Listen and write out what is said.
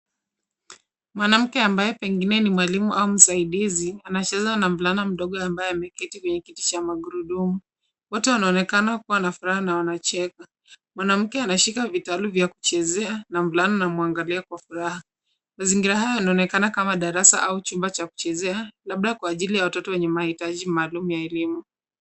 Mwanamke ambaye pengine ni mwalimu au msaidizi anachezea na mvulana mdogo ambaye ameketi kwenye kiti cha magurudumu. Wote wanaonekana kuwa na furaha na wanacheka. Mwanamke anashika vitalu vya kuchezea na mvulana anamwangalia kwa furaha. Mazingira haya yanaonekana kama darasa au chumba cha kuchezea labda kwa ajili ya watoto wenye mahitaji maalum ya elimu.